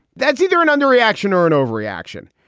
that's either an under reaction or an overreaction.